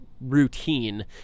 routine